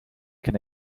can